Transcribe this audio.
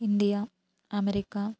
India America